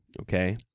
Okay